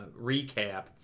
recap